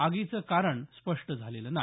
आगीचं कारण स्पष्ट झालेलं नाही